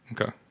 okay